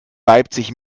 leipzig